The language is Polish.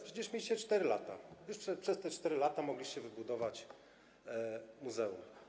Przecież mieliście 4 lata, przez te 4 lata mogliście wybudować muzeum.